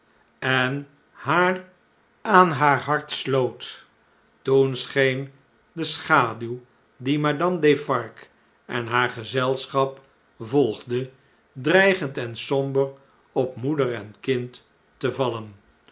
en haar aan haar hart sloot toen scheen de schaduw die madame defarge en haar gezelschap volgde dreigend en somber op moeder en kind te vallen